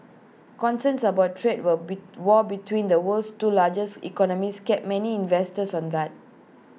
concerns about trade war be war between the world's two largest economies kept many investors on guard